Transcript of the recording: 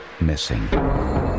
missing